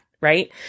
right